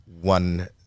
one